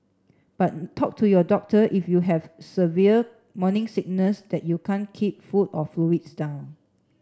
but talk to your doctor if you have severe morning sickness that you can't keep food or fluids down